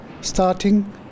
Starting